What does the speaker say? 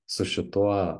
su šituo